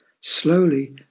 Slowly